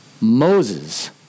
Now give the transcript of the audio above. Moses